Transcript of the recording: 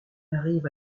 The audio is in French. arrive